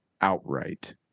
outright